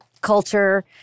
culture